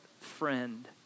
friend